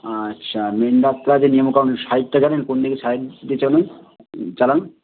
আচ্ছা মেন রাস্তার যে নিয়মকানুন সাইডটা জানেন কোন দিকে সাইড দিয়ে চলেন চালান